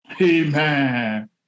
Amen